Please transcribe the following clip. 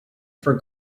for